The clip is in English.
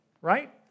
right